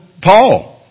Paul